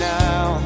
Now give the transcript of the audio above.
now